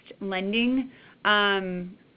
lending